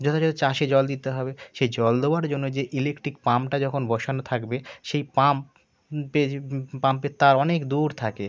যেখান থেকে চাষে জল দিতে হবে সেই জল দেওয়ার জন্য যে ইলেকট্রিক পাম্পটা যখন বসানো থাকবে সেই পাম্পের পাম্পের তার অনেক দূর থাকে